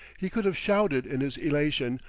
he could have shouted in his elation,